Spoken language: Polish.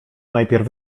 najpierw